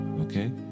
Okay